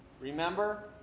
Remember